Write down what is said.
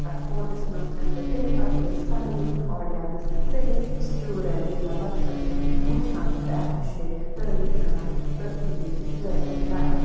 تَتھ کوٹَس منٛز تہٕ تیمہِ پَتہٕ ٲسۍ ساری آڈیَنٕس سٲری سٹوٗڈَنٹ یا بَچہٕ ٲسۍ اَسہِ وٕچھان تہٕ ایٮ۪پرِشیٹ تٲریٖف کَران تہٕ بیٚیہِ ٲسۍ چٲرٕس کَران